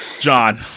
John